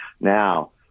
Now –